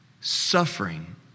suffering